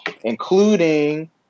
including